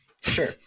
Sure